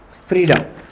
freedom